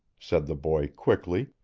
said the boy quickly,